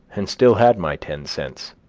and still had my ten cents,